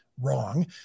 wrong